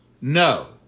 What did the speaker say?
no